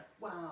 wow